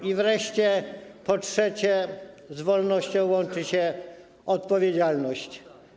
I wreszcie, po trzecie, z wolnością łączy się odpowiedzialność.